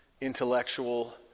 intellectual